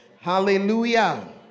Hallelujah